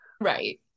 right